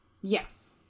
Yes